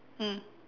mm